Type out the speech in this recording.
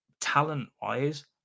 talent-wise